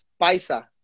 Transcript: paisa